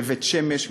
בבית-שמש,